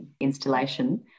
installation